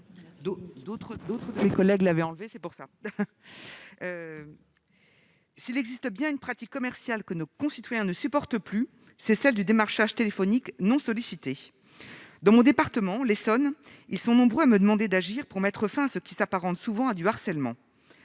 chargée de l'industrie. Monsieur le ministre, s'il existe une pratique commerciale que nos concitoyens ne supportent plus, c'est bien le démarchage téléphonique non sollicité. Dans mon département, l'Essonne, ils sont nombreux à me demander d'agir pour mettre fin à ce qui s'apparente souvent à du harcèlement.